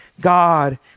God